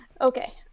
okay